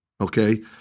okay